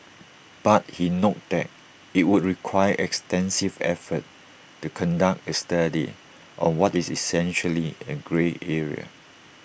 but he noted that IT would require extensive efforts to conduct A study on what is essentially A grey area